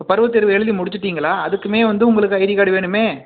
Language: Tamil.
இப்போ பருவத்தேர்வு எழுதி முடிச்சிட்டிங்களா அதுக்குமே வந்து உங்களுக்கு ஐடி கார்டு வேணுமே